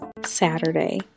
Saturday